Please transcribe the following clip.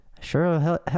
sure